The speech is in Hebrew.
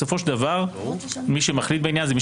בסופו של דבר מי שמחליט בעניין ומי